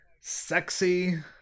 sexy